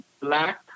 black